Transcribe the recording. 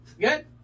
Good